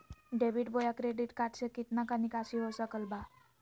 Debit बोया credit card से कितना का निकासी हो सकल बा?